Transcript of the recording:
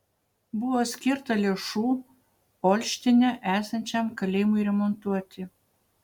buvo skirta lėšų olštine esančiam kalėjimui remontuoti